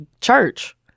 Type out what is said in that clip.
church